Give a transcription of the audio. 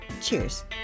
Cheers